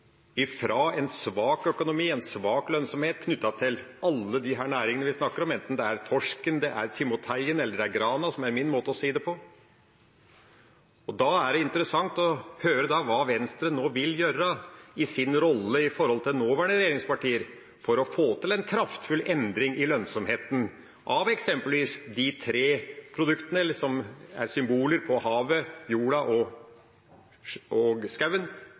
fra en svak økonomi og en svak lønnsomhet knyttet til alle de næringene vi her snakker om, enten det er torsken, timoteien eller grana, som er min måte å si det på. Da er det interessant å høre hva Venstre nå vil gjøre i sin rolle knyttet til de nåværende regjeringspartier for å få til en kraftfull endring i lønnsomheten til eksempelvis de tre produktene, som er symboler på havet, jorda og